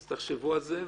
אז תחשבו על זה.